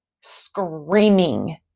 screaming